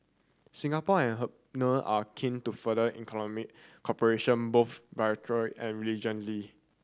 Singapore and Hungary are keen to further economic cooperation both bilateral and regionally